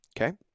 okay